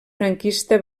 franquista